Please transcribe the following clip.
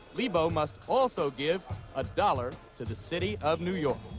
lebow must also give a dollar to the city of new york.